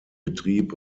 betrieb